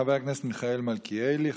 חבר הכנסת מיכאל מלכיאלי.